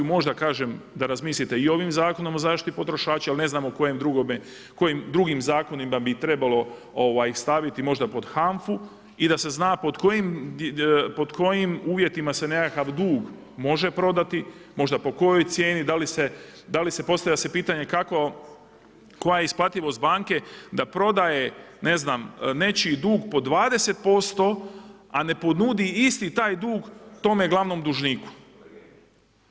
Možda kažem da razmislite i ovim Zakonom o zaštiti potrošača jer ne znam kojim drugim zakonima bi trebalo ih staviti možda pod HANFA-u i da se zna pod kojim uvjetima se nekakav dug može prodati, možda po kojoj cijeni, da li se, postavlja se pitanje kako, koja je isplativost banke da prodaje ne znam nečiji dug po 20% a ne ponudi isti taj dug tome glavnom dužniku.